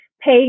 pay